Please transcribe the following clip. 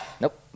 Nope